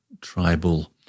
tribal